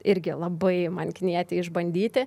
irgi labai man knieti išbandyti